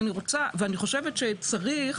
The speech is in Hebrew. אני חושבת שצריך